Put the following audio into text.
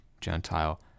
Gentile